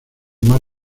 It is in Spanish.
más